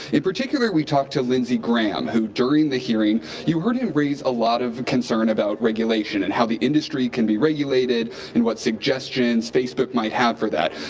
in particular we talked to lindsey graham who during the hearing you heard him raise lot of concern about regulation and how the industry can be regulated in what suggestions, facebook might have for that.